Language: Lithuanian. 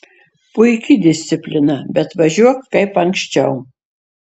puiki disciplina bet važiuok kaip anksčiau